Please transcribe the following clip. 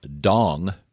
Dong